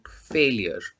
failure